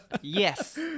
yes